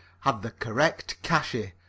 had the correct cashy,